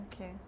Okay